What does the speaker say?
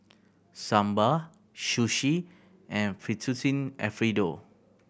Sambar Sushi and Fettuccine Alfredo